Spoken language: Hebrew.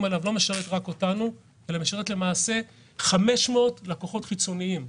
עליו לא משרת רק אותנו אלא 500 לקוחות חיצוניים.